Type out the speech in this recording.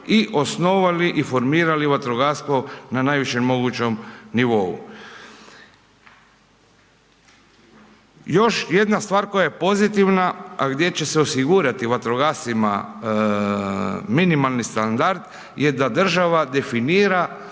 i osnovali formirali vatrogastvo na najvišem mogućem nivou. Još jedna stvar koja je pozitivna a gdje će se osigurati vatrogascima minimalni standard je da država definira